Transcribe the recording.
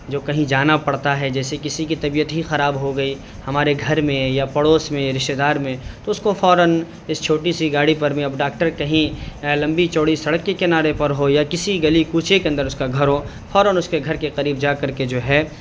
جو کہیں جانا پڑتا ہے جیسے کسی کی طبیعت ہی خراب ہو گئی ہمارے گھر میں یا پڑوس میں یا رشتےدار میں تو اس کو فوراً اس چھوٹی سی گاڑی پر بھی اب ڈاکٹر کہیں لمبی چوڑی سڑک کے کنارے پر ہو یا کسی گلی کوچے کے اندر اس کا گھر ہو فوراً اس کے گھر کے قریب جا کر کے جو ہے